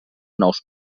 nous